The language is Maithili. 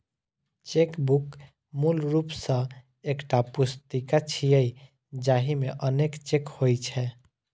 चेकबुक मूल रूप सं एकटा पुस्तिका छियै, जाहि मे अनेक चेक होइ छै